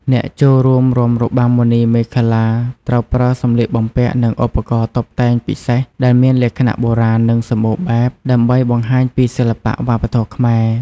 អ្នកចូលរួមរាំរបាំមុនីមាឃលា ត្រូវប្រើសម្លៀកបំពាក់ និងឧបករណ៍តុបតែងពិសេសដែលមានលក្ខណៈបុរាណ និងសម្បូរបែប ដើម្បីបង្ហាញពីសិល្បៈវប្បធម៌ខ្មែរ។